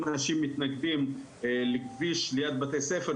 אם אנשים מתנגדים לכביש ליד בתי ספר,